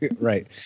Right